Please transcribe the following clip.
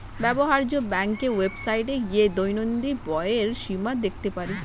ব্যবহার্য ব্যাংকের ওয়েবসাইটে গিয়ে দৈনন্দিন ব্যয়ের সীমা দেখতে পারি